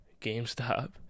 GameStop